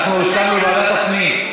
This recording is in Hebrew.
ועדת הפנים,